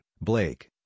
Blake